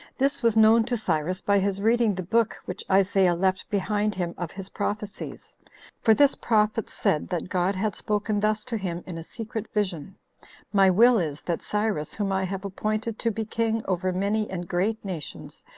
this was known to cyrus by his reading the book which isaiah left behind him of his prophecies for this prophet said that god had spoken thus to him in a secret vision my will is, that cyrus, whom i have appointed to be king over many and great nations,